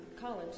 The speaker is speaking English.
college